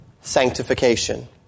sanctification